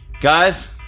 Guys